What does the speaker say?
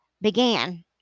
Began